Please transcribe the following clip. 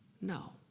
No